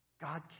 God